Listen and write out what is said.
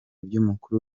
by’umukuru